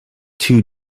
two